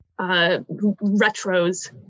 retros